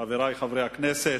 חברי חברי הכנסת,